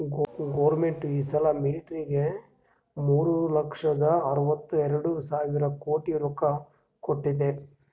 government ಈ ಸಲಾ ಮಿಲ್ಟ್ರಿಗ್ ಮೂರು ಲಕ್ಷದ ಅರ್ವತ ಎರಡು ಸಾವಿರ ಕೋಟಿ ರೊಕ್ಕಾ ಕೊಟ್ಟಾದ್